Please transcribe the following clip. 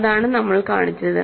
അതാണ് നമ്മൾ കാണിച്ചത്